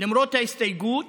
למרות ההסתייגות,